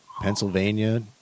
Pennsylvania